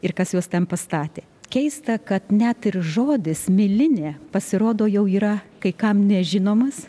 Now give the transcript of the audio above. ir kas juos ten pastatė keista kad net ir žodis milinė pasirodo jau yra kai kam nežinomas